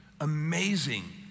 amazing